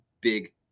Big